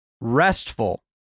restful